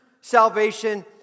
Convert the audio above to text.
salvation